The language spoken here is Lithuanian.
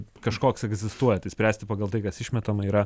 kažkoks egzistuoja tai spręsti pagal tai kas išmetama yra